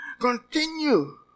Continue